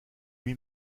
lui